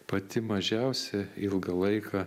pati mažiausia ilgą laiką